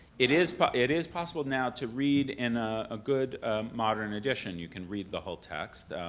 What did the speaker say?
it is but it is possible now to read in a good modern edition, you can read the whole text.